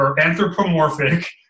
anthropomorphic